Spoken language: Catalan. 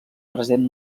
present